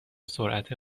سرعت